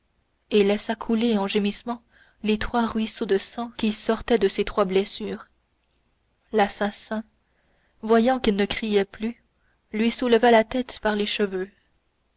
et laissa couler en gémissant les trois ruisseaux de sang qui sortaient de ses trois blessures l'assassin voyant qu'il ne criait plus lui souleva la tête par les cheveux